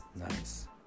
Nice